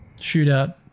shootout